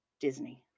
Disney